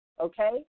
Okay